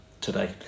today